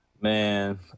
Man